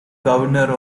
governor